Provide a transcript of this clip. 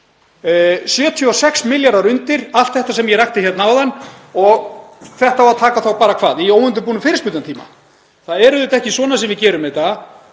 76 milljarðar undir, allt þetta sem ég rakti hérna áðan — og þetta á að taka þá bara hvað, í óundirbúnum fyrirspurnatíma? Það er auðvitað ekki svona sem við gerum þetta.